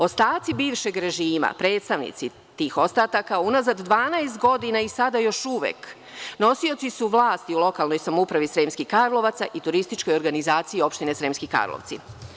Ostaci bivšeg režima, predstavnici tih ostataka, unazad 12 godina, i sada još uvek, nosioci su vlasti u lokalnoj samoupravi Sremskih Karlovaca i Turističkoj organizaciji Opštine Sremski Karlovci.